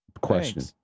question